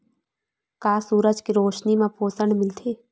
का सूरज के रोशनी म पोषण मिलथे?